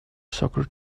soccer